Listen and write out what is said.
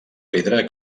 pedra